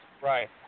Right